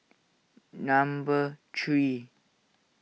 number three